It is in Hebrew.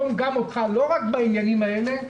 אני רוצה לרתום גם אותך לא רק בעניינים האלה,